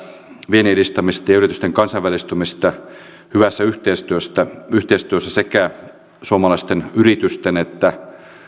viennin edistämistä ja yritysten kansainvälistymistä hyvässä yhteistyössä yhteistyössä sekä suomalaisten yritysten että